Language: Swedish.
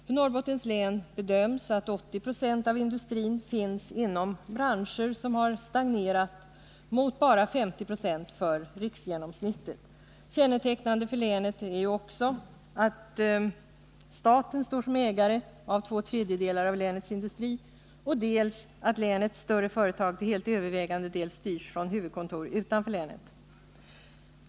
För Norrbottens län bedöms att 80 70 av industrin finns inom branscher som stagnerat mot bara 50 96 för riksgenomsnittet. Kännetecknande för länet är dels att staten står som ägare av två tredjedelar av länets industri, dels att länets större företag till helt övervägande del styrs från huvudkontor utanför länet.